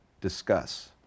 discuss